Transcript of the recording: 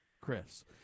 chris